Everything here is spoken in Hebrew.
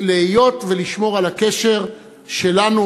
לשמור על הקשר שלנו,